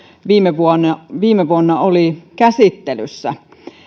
viime vuonna viime vuonna oli käsittelyssä